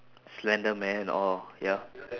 slender man oh ya